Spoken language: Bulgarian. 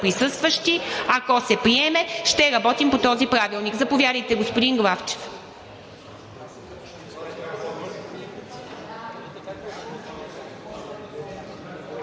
„присъстващи“ – ако се приеме, ще работим по този правилник. Заповядайте, господин Главчев.